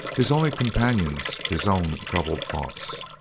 his only companions his own troubled thoughts.